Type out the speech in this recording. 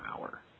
hour